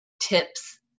tips